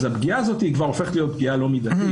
הפגיעה כבר הופכת להיות פגיעה לא מידתית.